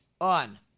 on